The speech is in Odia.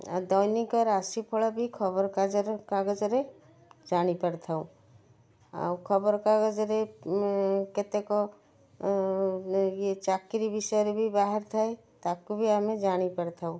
ଦୈନିକ ରାଶିଫଳ ବି ଖବର କାଗଜରେ ଜାଣିପାରି ଥାଉ ଆଉ ଖବର କାଗଜରେ କେତେକ ଚାକିରୀ ବିଷୟରେ ବି ବାହାରି ଥାଏ ତାକୁ ବି ଆମେ ଜାଣିପାରି ଥାଉ